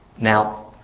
Now